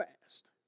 fast